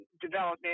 development